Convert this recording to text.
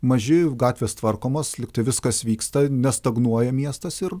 maži gatvės tvarkomos lygtai viskas vyksta nestagnuoja miestas ir